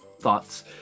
thoughts